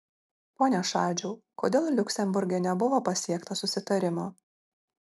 pone šadžiau kodėl liuksemburge nebuvo pasiekta susitarimo